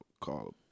call